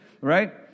right